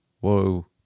whoa